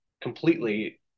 completely